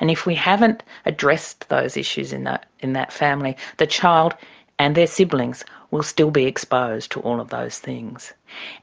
and if we haven't addressed those issues in that in that family, the child and their siblings will still be exposed to all of those things